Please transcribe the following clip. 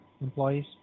employees